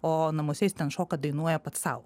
o namuose jis ten šoka dainuoja pats sau